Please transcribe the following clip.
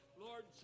Lord